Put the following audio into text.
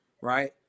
right